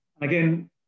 again